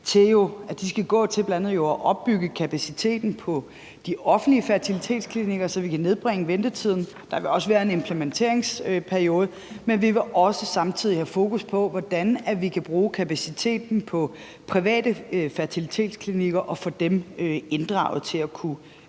til at opbygge kapaciteten på de offentlige fertilitetsklinikker, så vi kan nedbringe ventetiden. Der vil også være en implementeringsperiode, men vi vil samtidig også have fokus på, hvordan vi kan bruge kapaciteten på de private fertilitetsklinikker og få dem inddraget til at kunne